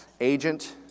agent